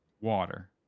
Water